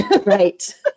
Right